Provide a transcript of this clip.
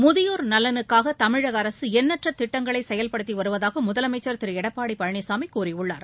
முதியோா் நலனுக்காக தமிழக அரசு எண்ணற்ற திட்டங்களை செயல்படுத்தி வருவதாக முதலமைச்சா் திரு எடப்பாடி பழனிசாமி கூறியுள்ளார்